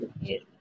Yes